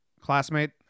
classmate